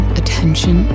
attention